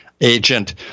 agent